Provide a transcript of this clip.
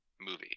movie